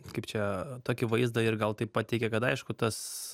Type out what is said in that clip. kaip čia tokį vaizdą ir gal taip pateikia kad aišku tas